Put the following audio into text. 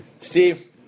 Steve